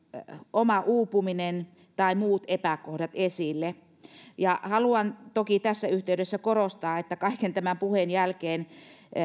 oma uupuminen tai muut epäkohdat esille haluan toki tässä yhteydessä korostaa ja kaiken tämän puheen jälkeen